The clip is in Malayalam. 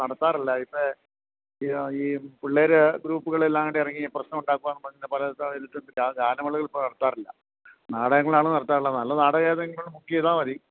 നടത്താറില്ല ഇപ്പോള് ഈ പിള്ളേര് ഗ്രൂപ്പുകളെല്ലാംകൂടെ ഇറങ്ങി പ്രശ്നമുണ്ടാക്കാന്നു പറഞ്ഞ് പല സ്ഥലത്തും ഗാ ഗാനമേളകൾ ഇപ്പോള് നടത്താറില്ല നാടകങ്ങളാണ് നടത്താറുള്ളത് നല്ല നാടകമേതെങ്കിലും ബുക്കെയ്താല് മതി